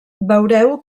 veureu